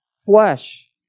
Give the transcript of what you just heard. flesh